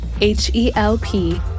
H-E-L-P